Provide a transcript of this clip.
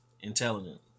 intelligent